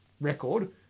record